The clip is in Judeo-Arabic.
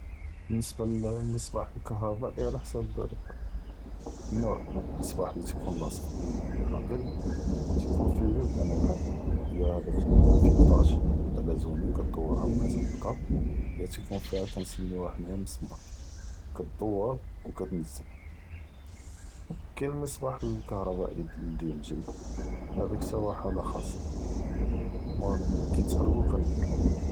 באלניסבה למצבאח אלקטרוני עלא חסאב אלנוא’, אלמצבאח לי תיכון לאס’ק פ אלח’יט ככתכון פיה זוג אנוא’, ידה’ק אלוולטאז’ עלא זוני כדורה ו כתהבטה, כיקטון פיה כנסמיו חנא אלמסמר כדור ו כתנזל, ו כאין אלמצבאח אלקטרוני דיאל אלג’לד, הד’אק ת’הו ח’אלה ח’אסה ו כיתח’רקו כנבדלם.